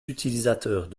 utilisateurs